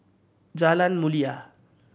Jalan Mulia